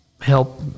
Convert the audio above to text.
help